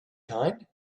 kind